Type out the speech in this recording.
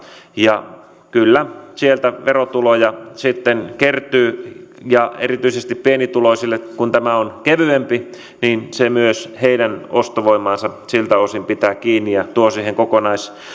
ja kyllä sieltä verotuloja sitten kertyy erityisesti pienituloisille kun tämä on kevyempi niin se myös heidän ostovoimaansa siltä osin pitää kiinni ja tuo